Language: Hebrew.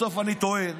בסוף אני טוען